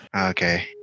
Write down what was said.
Okay